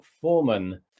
foreman